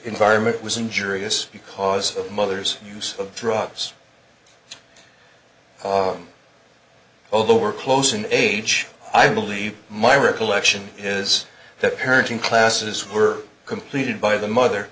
environment was injuries because of the mother's use of drugs on although we're close in age i believe my recollection is that parenting classes were completed by the mother